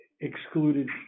excluded